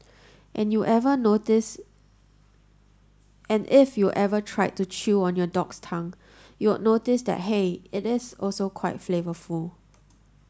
and you ever notice and if you ever tried to chew on your dog's tongue you'd notice that hey it is also quite flavourful